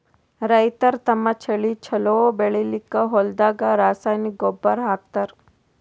ರೈತರ್ ತಮ್ಮ್ ಬೆಳಿ ಛಲೋ ಬೆಳಿಲಿಕ್ಕ್ ಹೊಲ್ದಾಗ ರಾಸಾಯನಿಕ್ ಗೊಬ್ಬರ್ ಹಾಕ್ತಾರ್